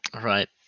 Right